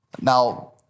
Now